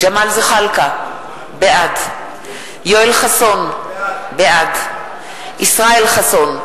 ג'מאל זחאלקה, בעד יואל חסון, בעד ישראל חסון,